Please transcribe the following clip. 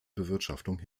bewirtschaftung